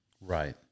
Right